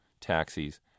taxis